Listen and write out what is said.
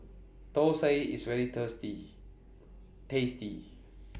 Thosai IS very tasty